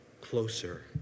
closer